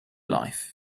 life